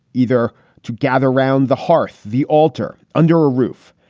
either to gather round the hearth, the altar under a roof,